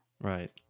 Right